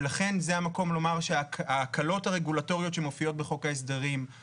ולכן זה המקום לומר שההקלות הרגולטוריות שמופיעות בחוק ההסדרים,